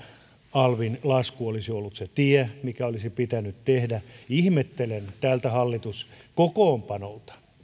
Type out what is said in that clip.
alvin lasku olisi ollut se tie mikä olisi pitänyt tehdä ihmettelen ettei tältä hallituskokoonpanolta